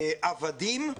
עבדים,